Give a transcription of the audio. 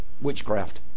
witchcraft